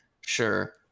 Sure